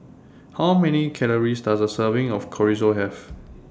How Many Calories Does A Serving of Chorizo Have